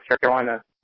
Carolina